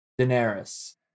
Daenerys